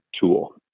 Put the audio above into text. tool